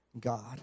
God